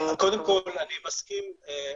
קודם כל אני מסכים,